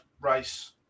race